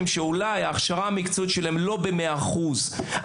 שאולי ההכשרה המקצועית שלהם לא במאת האחוזים,